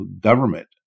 government